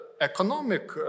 economic